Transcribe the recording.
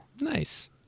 Nice